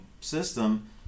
system